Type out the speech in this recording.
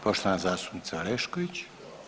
Poštovana zastupnica Orešković.